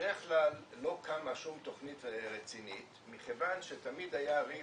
ובדרך כלל לא קמה שום תכנית רצינית מכיוון שתמיד היה ריב,